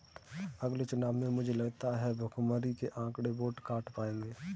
अगले चुनाव में मुझे लगता है भुखमरी के आंकड़े वोट काट पाएंगे